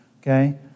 Okay